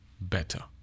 better